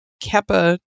Kappa